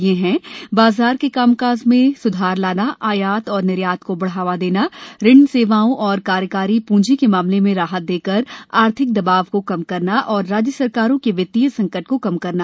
ये हैं बाजार के कामकाज में सुधार लाना आयात और निर्यात को बढ़ावा देना ऋण सेवाओं और कार्यकारी पूंजी के मामले में राहत देकर आर्थिक दबाव को कम करना और राज्य सरकारों के वित्तीय संकट को कम करना